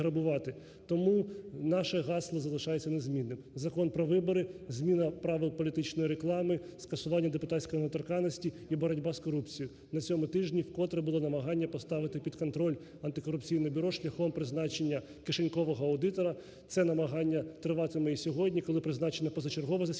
Тому наше гасло залишається незмінним: Закон про вибори, зміна правил політичної реклами, скасування депутатської недоторканності і боротьба з корупцією. На цьому тижні вкотре було намагання поставити під контроль Антикорупційне бюро шляхом призначення кишенькового аудитора, це намагання триватиме і сьогодні, коли призначено позачергове засідання